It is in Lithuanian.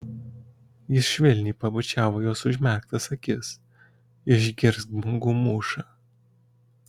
jis švelniai pabučiavo jos užmerktas akis išgirsk bangų mūšą